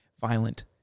violent